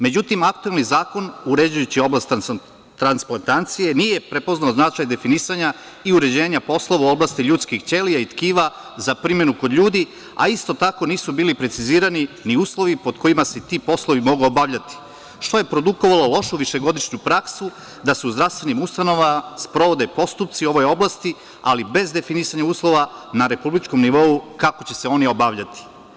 Međutim, aktuelni zakon uređujući oblast transplantacije nije prepoznao značaj definisanja i uređenja poslova u oblasti ljudskih ćelija i tkiva za primenu kod ljudi, a isto tako nisu bili precizirani ni uslovi pod kojima se ti poslovi mogu obavljati, što je produkovalo lošu višegodišnju praksu da se u zdravstvenim ustanovama sprovode postupci u ovoj oblasti, ali bez definisanja uslova na republičkom nivou kako će se oni obavljati.